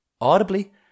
Audibly